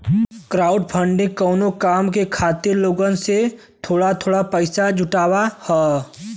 crowdfunding कउनो काम के खातिर लोगन से थोड़ा थोड़ा पइसा जुटाना हौ